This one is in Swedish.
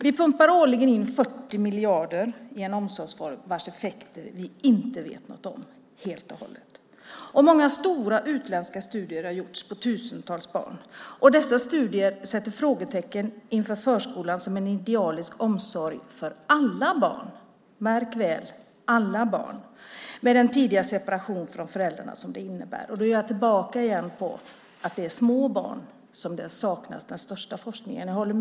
Vi pumpar årligen in 40 miljarder i en omsorgsform vars effekter vi inte vet helt och hållet. Många stora utländska studier har gjorts på tusentals barn. Dessa studier sätter frågetecken för förskolan som en idealisk omsorg för alla barn - märk väl: alla barn - med den tidiga separation från föräldrarna som den innebär. Då är jag återigen tillbaka vid att det är för små barn som bristen på forskning är som störst.